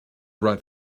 right